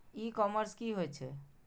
ई commerce की होए छै?